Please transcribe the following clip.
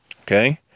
Okay